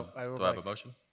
i have a motion?